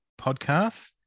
podcast